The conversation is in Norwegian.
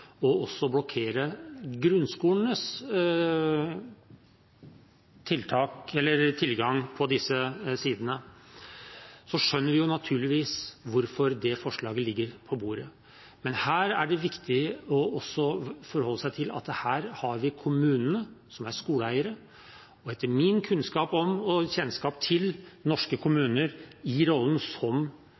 om også å blokkere grunnskolenes tilgang til disse sidene, skjønner vi naturligvis hvorfor det forslaget ligger på bordet. Men her er det viktig også å forholde seg til at det er kommunene som er skoleeiere. Etter min kunnskap om og kjennskap til norske kommuner i rollen som